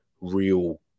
real